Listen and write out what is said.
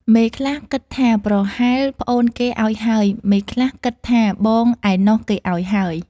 មេខ្លះគិតថាប្រហែលប្អូនគេឱ្យហើយ មេខ្លះគិតថាបងឯណោះគេឱ្យហើយ ។